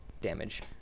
damage